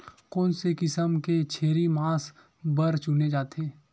कोन से किसम के छेरी मांस बार चुने जाथे?